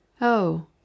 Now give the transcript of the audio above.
Oh